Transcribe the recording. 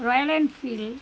Royal Enfield